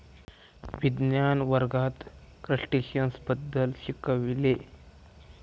विज्ञान वर्गात क्रस्टेशियन्स बद्दल शिकविले